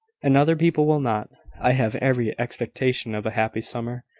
and other people will not. i have every expectation of a happy summer,